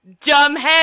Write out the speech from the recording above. dumbhead